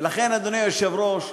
ולכן, אדוני היושב-ראש,